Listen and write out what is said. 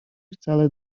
wcale